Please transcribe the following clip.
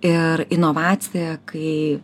ir inovaciją kai